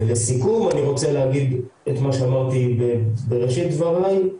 ולסיכום אני רוצה להגיד את מה שאמרתי בראשית דבריי,